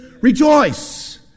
Rejoice